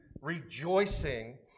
rejoicing